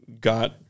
got